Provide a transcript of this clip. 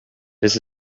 this